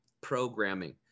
programming